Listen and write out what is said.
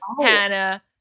Hannah